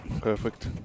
Perfect